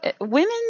women